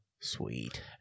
Sweet